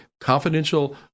confidential